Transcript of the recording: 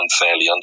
unfairly